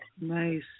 Nice